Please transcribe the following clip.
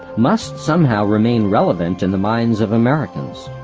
must somehow remain relevant in the minds of americans.